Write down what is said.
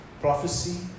prophecy